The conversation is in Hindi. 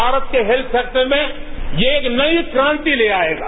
भारत के हेस्थ सेक्टर में ये एक नई क्रांति ले आएगा